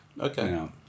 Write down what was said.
Okay